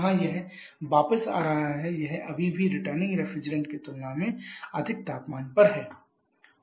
जहां यह वापस आ रहा है यह अभी भी रिटर्निंग रेफ्रिजरेंट की तुलना में अधिक तापमान पर है